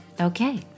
Okay